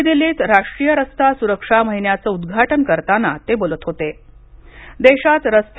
नवी दिल्लीत राष्ट्रीय रस्ता सुरक्षा महिन्याचं उद्घाटन करताना ते बोलत होते